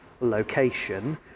location